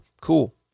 cool